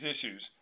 issues